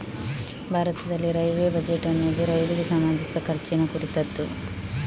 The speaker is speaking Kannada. ಭಾರತದಲ್ಲಿ ರೈಲ್ವೇ ಬಜೆಟ್ ಅನ್ನುದು ರೈಲಿಗೆ ಸಂಬಂಧಿಸಿದ ಖರ್ಚಿನ ಕುರಿತದ್ದು